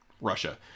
Russia